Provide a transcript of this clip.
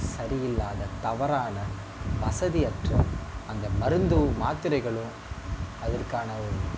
சரியில்லாத தவறான வசதியற்ற அந்த மருந்தும் மாத்திரைகளும் அதற்கான ஒரு